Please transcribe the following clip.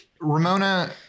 Ramona